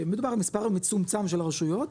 מדובר במספר מצומצם של הרשויות.